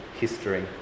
history